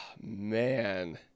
Man